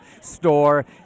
store